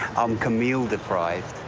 i'm camille deprived.